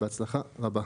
בהצלחה רבה.